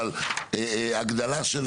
אבל הגדלה.